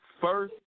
First